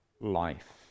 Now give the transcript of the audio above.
life